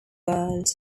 world